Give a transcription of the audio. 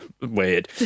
weird